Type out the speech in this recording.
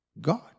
God